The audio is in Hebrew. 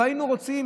לא היינו רוצים